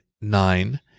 nine